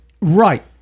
Right